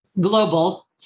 global